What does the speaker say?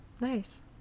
Nice